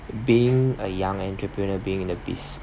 being a young entrepreneur being in the business